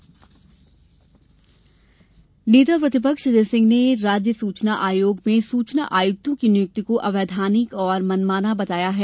अजय विरोध नेता प्रतिपक्ष अजय सिंह ने राज्य सूचना आयोग में सूचना आयुक्तों की नियुक्ति को अवैधानिक और मनमाना बताया है